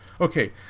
Okay